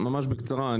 ממש בקצרה,